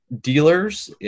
dealers